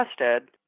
arrested